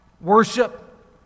worship